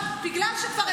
בגלל שכבר הבאת,